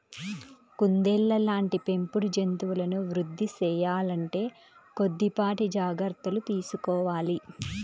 కుందేళ్ళ లాంటి పెంపుడు జంతువులను వృద్ధి సేయాలంటే కొద్దిపాటి జాగర్తలు తీసుకోవాలి